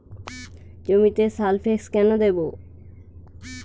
জমিতে সালফেক্স কেন দেবো?